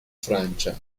francia